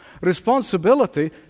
Responsibility